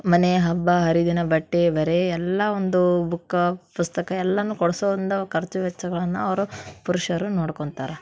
ಮನೆ ಹಬ್ಬ ಹರಿದಿನ ಬಟ್ಟೆ ಬರೆ ಎಲ್ಲ ಒಂದು ಬುಕ್ಕ ಪುಸ್ತಕ ಎಲ್ಲನೂ ಕೊಡ್ಸುವಂತ ಖರ್ಚು ವೆಚ್ಚಗಳನ್ನು ಅವರು ಪುರುಷರು ನೋಡ್ಕೊಳ್ತಾರೆ